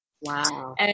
wow